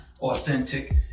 authentic